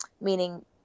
meaning